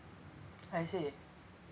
I see